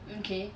mm okay